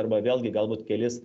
arba vėlgi galbūt kelis